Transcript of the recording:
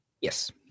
Yes